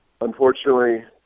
Unfortunately